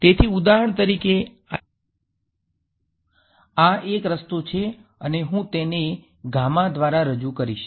તેથી ઉદાહરણ તરીકે આ એક રસ્તો છે અને હું તેને દ્વારા રજુ કરીશ